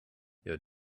your